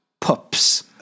Pups